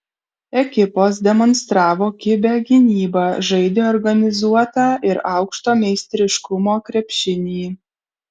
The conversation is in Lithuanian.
ekipos demonstravo kibią gynybą žaidė organizuotą ir aukšto meistriškumo krepšinį